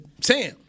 Sam